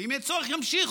ואם יהיה צורך, ימשיכו.